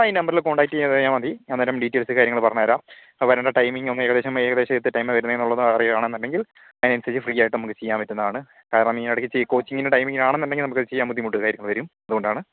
ആ ഈ നമ്പറില് കോൺടാക്ട് ചെയ്ത് കഴിഞ്ഞാൽ മതി ഞാ അന്നേരം ഡീറ്റേയ്ൽസ് കാര്യങ്ങള് പറഞ്ഞ് തരാം അത് വരണ്ട ടൈമിങ്ങും അങ്ങനെ ഏകദേശം ഏകദേശം ഏത് ടൈമാണ് വരുന്നെന്നുള്ളതറിയണമെന്നുണ്ടെങ്കിൽ അതിനനുസരിച്ചു ഫ്രീ ആയിട്ട് നമുക്ക് ചെയ്യാൻ പറ്റുന്നതാണ് കാരണം ഈ ഇടയ്ക്ക് കോച്ചിങ്ങിൻ്റെ ടൈമിങ്ങിലാന്നൊണ്ടെങ്കിൽ നമുക്കത് ചെയ്യാൻ ബുദ്ധിമുട്ട് കാര്യങ്ങള് വരും അതുകൊണ്ടാണ്